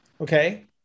Okay